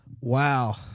Wow